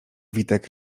witek